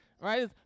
right